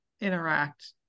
interact